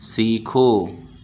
سیکھو